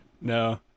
No